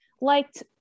liked